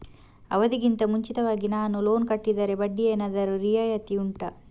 ಅವಧಿ ಗಿಂತ ಮುಂಚಿತವಾಗಿ ನಾನು ಲೋನ್ ಕಟ್ಟಿದರೆ ಬಡ್ಡಿ ಏನಾದರೂ ರಿಯಾಯಿತಿ ಉಂಟಾ